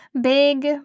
big